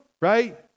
right